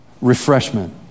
refreshment